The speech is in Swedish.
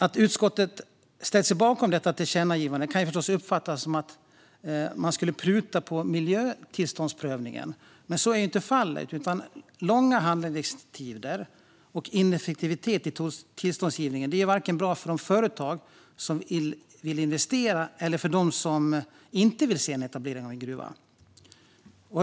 Att utskottet ställer sig bakom detta tillkännagivande kan förstås uppfattas som att man prutar på miljötillståndsprövningen, men så är inte fallet. Långa handläggningstider och ineffektivitet i tillståndsgivningen är varken bra för de företag som vill investera eller för dem som inte vill se en etablering av en gruva.